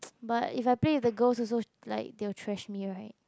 but if I play the girls also like they will trash me right